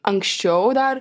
anksčiau dar